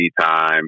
time